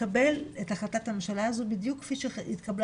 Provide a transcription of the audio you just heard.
לקבל את החלטת הממשלה הזאת בדיוק כפי שהתקבלה